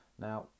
Now